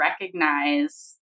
recognize